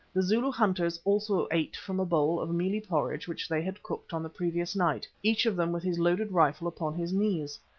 the zulu hunters also ate from a bowl of mealie porridge which they had cooked on the previous night, each of them with his loaded rifle upon his knees.